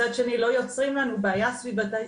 מצד שני, לא יוצרים לנו בעיה סביבתית.